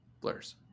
Blurs